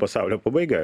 pasaulio pabaiga